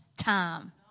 time